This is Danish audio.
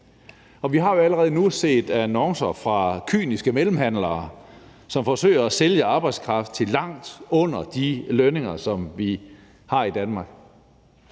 Vi har jo allerede nu set annoncer fra kyniske mellemhandlere, som forsøger at sælge arbejdskraft til langt under de lønninger, som vi har i Danmark.